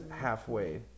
halfway